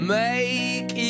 make